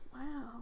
Wow